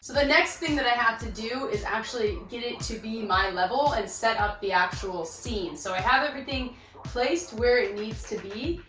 the next thing that i have to do is actually get it to be my level and set up the actual scene. so i have everything placed where it needs to be,